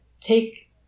take